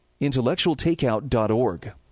intellectualtakeout.org